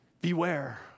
Beware